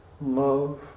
love